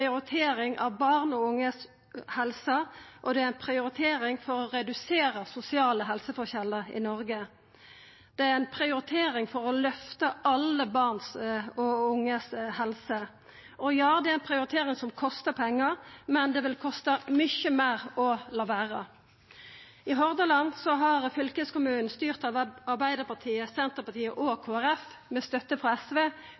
prioritering av barn og unges helse, og det er ei prioritering for å redusera sosiale helseforskjellar i Noreg. Det er ei prioritering for å løfta alle barn og unges helse. Ja, det er ei prioritering som kostar pengar, men det vil kosta mykje meir å la vera. I Hordaland har fylkeskommunen, styrt av Arbeidarpartiet, Senterpartiet og Kristeleg Folkeparti, med støtte frå SV,